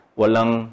walang